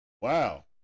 Wow